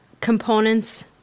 components